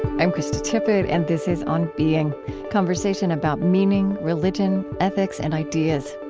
i'm krista tippett, and this is on being conversation about meaning, religion, ethics, and ideas.